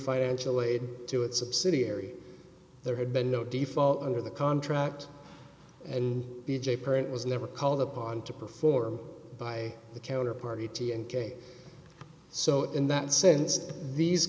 financial aid to its subsidiary there had been no default under the contract and b j parent was never called upon to perform by the counterparty t and k so in that sense these